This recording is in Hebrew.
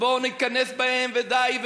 בואו ניכנס בהם ודי,